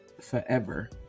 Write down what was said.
forever